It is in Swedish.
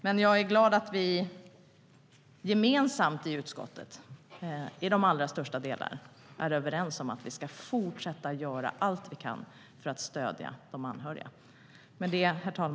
Men jag är glad att vi gemensamt i utskottet, i de allra största delarna, är överens om att vi ska fortsätta att göra allt vi kan för att stödja de anhöriga. Herr talman!